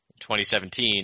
2017